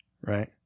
Right